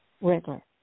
regular